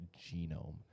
genome